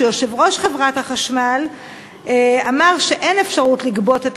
שיושב-ראש חברת החשמל אמר שאין אפשרות לגבות את